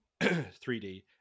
3D